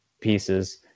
pieces